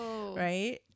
Right